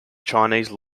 chinese